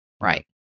Right